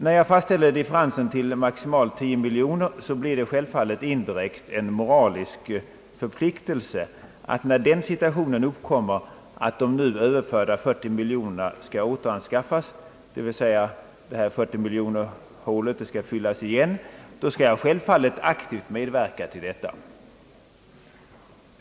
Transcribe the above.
När jag fastställde differensen till maximalt 10 miljoner blir det självfallet indirekt en moralisk förpliktelse för mig när den situationen uppkommer, att de nu överförda 40 miljonerna skall återanskaffas, d. v. s. 40-miljonershålet skall fyllas igen, att då aktivt medverka till detta.